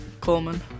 Coleman